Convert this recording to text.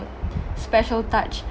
special touch